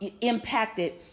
impacted